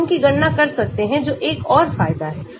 हम उनकी गणना कर सकते हैं जो एक और फायदा है